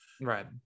right